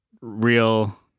real